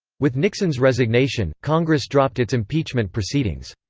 with nixon's resignation, congress dropped its impeachment proceedings.